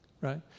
right